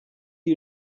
you